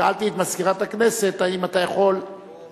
שאלתי את מזכירת הכנסת אם גם אתה יכול מהמקום,